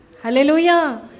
Hallelujah